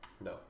No